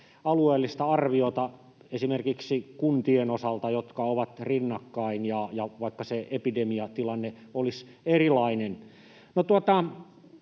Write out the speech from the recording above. alueellista arviota esimerkiksi kuntien osalta, jotka ovat rinnakkain ja joissa vaikka se epidemiatilanne olisi erilainen.